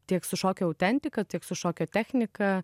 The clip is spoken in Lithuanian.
tiek su šokio autentika tiek su šokio technika